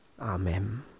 Amen